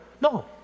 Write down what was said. No